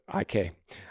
IK